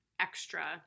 extra